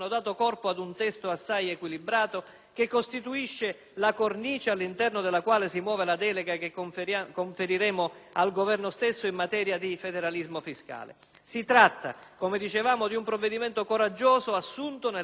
che costituisce la cornice all'interno della quale si muove la delega che conferiremo al Governo stesso in materia di federalismo fiscale. Si tratta, come dicevamo, di un provvedimento coraggioso assunto nell'ottica di un'attenta armonizzazione